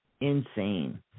Insane